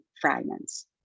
fragments